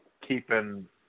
keeping